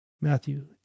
Matthew